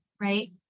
right